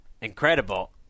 incredible